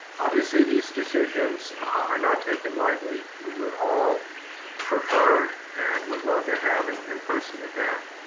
obviously these decisions are not taken lightly. we would all prefer and we'd love to have an in person event.